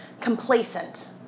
complacent